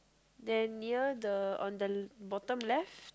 then near the on the bottom left